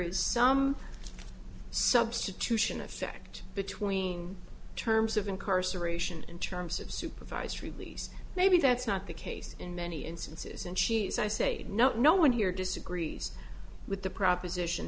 is some substitution effect between terms of incarceration in terms of supervised release maybe that's not the case in many instances and she's i say no no one here disagrees with the proposition